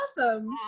awesome